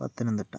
Pathanamthitta